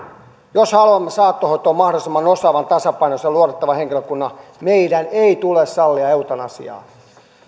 jos haluamme saattohoitoon mahdollisimman osaavan tasapainoisen ja luotettavan henkilökunnan meidän ei tule sallia eutanasiaa